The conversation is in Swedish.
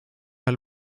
höll